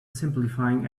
simplifying